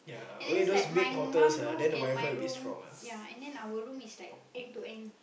and then it's like my mom room and my room ya and then our room is like end to end